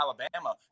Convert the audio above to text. alabama